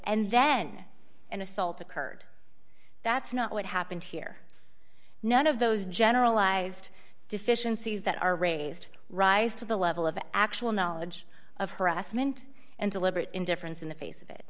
and then an assault occurred that's not what happened here none of those generalized deficiencies that are raised rise to the level of actual knowledge of harassment and deliberate indifference in the face of it